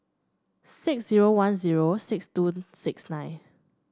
six zero one zero six two six nine